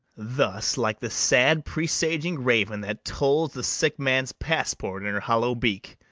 thus, like the sad-presaging raven, that tolls the sick man's passport in her hollow beak,